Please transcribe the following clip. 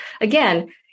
again